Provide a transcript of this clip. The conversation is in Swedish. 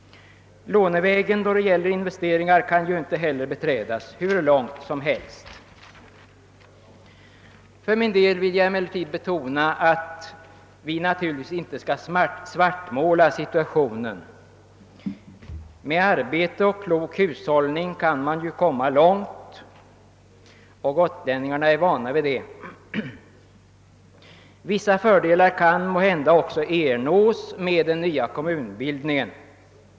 Lånevägen kan ju heller inte beträdas hur långt som helst när det gäller investeringar. Men vi skall inte svartmåla situationen. Med arbete och klok hushållning — och gotlänningarna är vana vid det — kan man komma långt. Vissa fördelar kan måhända också ernås med den nya kommunbildningen.